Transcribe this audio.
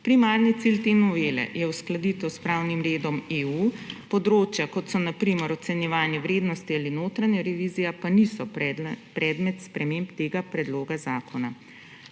Primarni cilj te novele je uskladitev s pravnim redom EU, področja, kot so na primer ocenjevanje vrednosti ali notranja revizija, pa niso predmet sprememb tega predloga zakona.